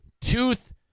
tooth